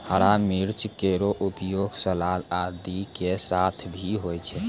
हरा मिर्च केरो उपयोग सलाद आदि के साथ भी होय छै